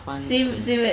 funcle